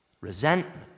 resentment